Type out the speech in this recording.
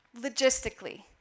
logistically